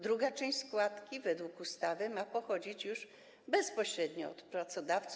Druga część składki według ustawy ma pochodzić już bezpośrednio od pracodawcy.